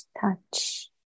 touch